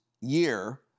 year